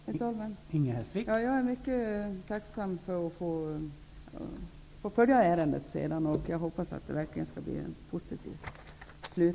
Herr talman! Jag är mycket tacksam över att få följa ärendet, och jag hoppas att slutet skall bli positivt.